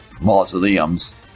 mausoleums